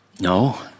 No